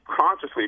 consciously